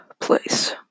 place